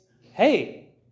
hey